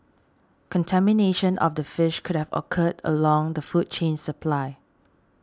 contamination of the fish could have occurred along the food chain supply